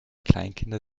kleinkinder